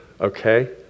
okay